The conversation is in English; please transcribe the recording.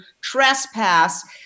trespass